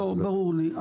ברור לי.